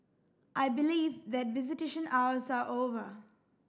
I believe that visitation hours are over